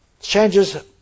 changes